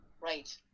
Right